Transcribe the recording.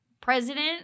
president